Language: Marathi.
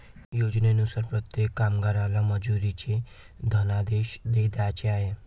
योजनेनुसार प्रत्येक कामगाराला मजुरीचे धनादेश द्यायचे आहेत